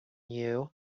you